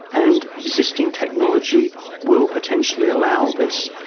and existing technology will potentially allow this,